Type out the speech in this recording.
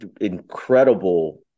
incredible